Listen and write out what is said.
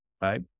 right